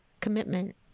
commitment